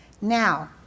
Now